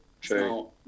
true